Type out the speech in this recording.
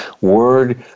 word